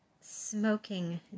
Smoking